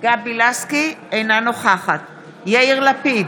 אינה נוכחת יאיר לפיד,